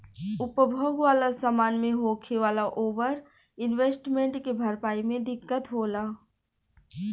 उपभोग वाला समान मे होखे वाला ओवर इन्वेस्टमेंट के भरपाई मे दिक्कत होला